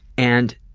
and